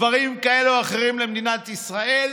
דברים כאלה או אחרים למדינת ישראל,